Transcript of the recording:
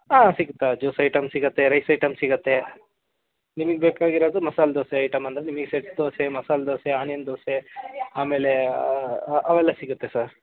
ಆಂ ಸಿಗುತ್ತೆ juice item ಸಿಗುತ್ತೆ rice item ಸಿಗುತ್ತೆ ನಿಮಗೆ ಬೇಕಾಗಿರೋದು ಮಸಾಲೆ ದೋಸೆ ಐಟಮ್ ಅಂದ್ರೆ ನಿಮಗೆ ಸೆಟ್ ದೋಸೆ ಮಸಾಲೆ ದೋಸೆ ಆನಿಯನ್ ದೋಸೆ ಆಮೇಲೆ ಅವೆಲ್ಲ ಸಿಗುತ್ತೆ ಸರ್